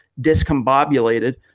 discombobulated